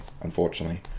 unfortunately